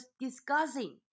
discussing